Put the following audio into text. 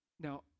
Now